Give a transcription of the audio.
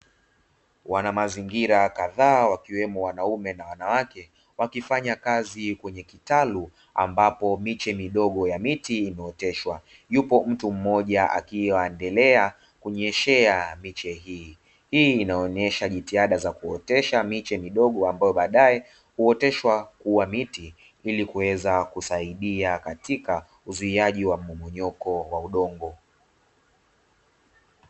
Wana mazingira kadhaa wakiwemo wanaume na wanawake, wakifanya kazi kwenye kitalu ambapo miche midogo ya miti imeoteshwa, yupo mtu mmoja akiendelea kunyeshea miche hii. Hii inaonyesha jitihada za kuotesha miche midogo ambayo baadae huoteshwa kuwa miti, ili kuweza kusaidia katika uzuiaji wa mmomonyoko wa udongo.